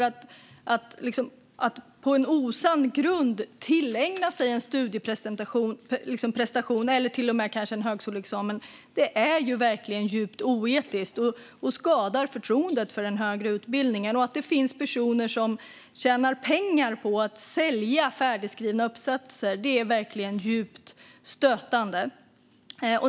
Att på en osann grund tillägna sig en studieprestation, eller kanske till och med en högskoleexamen, är djupt oetiskt och skadar förtroendet för den högre utbildningen. Att det finns personer som tjänar pengar på att sälja färdigskrivna uppsatser är verkligen djupt stötande.